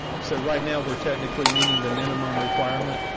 so right now we're technically meeting the minimum requirement,